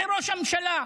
זה ראש הממשלה.